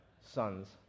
Sons